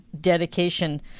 dedication